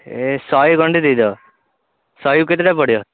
ଏ ଶହେ ଖଣ୍ଡେ ଦେଇଦେବ ଶହେକୁ କେତେ ଟଙ୍କା ପଡ଼ିବ